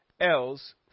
else